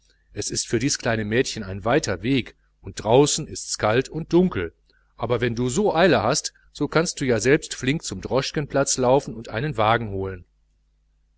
es ist für dies kleine mädchen ein weiter weg und draußen ist's kalt und dunkel aber wenn du so eile hast so kannst du ja selbst flink zum droschkenplatz springen und einen wagen holen